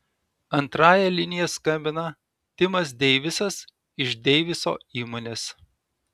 antrąja linija skambina timas deivisas iš deiviso įmonės